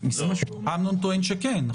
אמנון טוען עכשיו שכן.